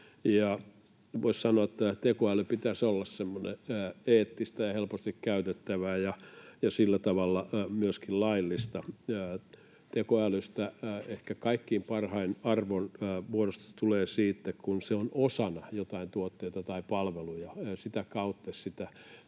Voisi sanoa, että tekoälyn pitäisi olla eettistä ja helposti käytettävää ja sillä tavalla myöskin laillista. Tekoälystä ehkä kaikkein parhain arvonmuodostus tulee siitä, kun se on osana joitain tuotteita tai palveluja. Sitä kautta sitä